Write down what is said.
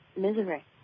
misery